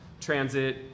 transit